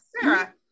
sarah